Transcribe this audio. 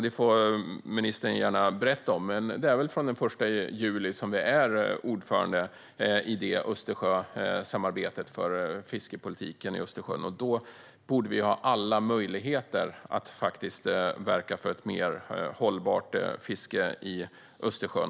Det får ministern gärna berätta om, men det är väl från den 1 juli som vi är ordförande i detta Östersjösamarbete för fiskepolitiken. Då borde vi ha alla möjligheter att verka för ett mer hållbart fiske i Östersjön.